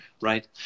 right